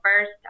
first